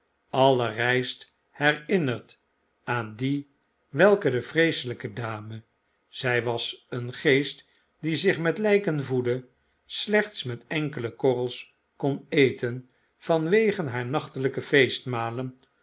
alle ryst herinnert aan die welke de vreeselpe dame zy was een geest die zich met lpen voedde slechts met enkele korreis kon eten vanwege